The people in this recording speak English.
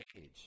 age